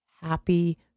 happy